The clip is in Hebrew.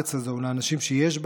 לארץ הזאת ולאנשים שיש בה,